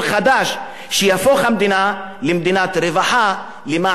שיהפוך את המדינה למדינת רווחה למען אזרחיה,